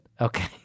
Okay